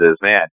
man